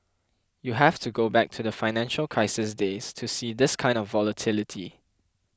you have to go back to the financial crisis days to see this kind of volatility